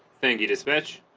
thank you dispatch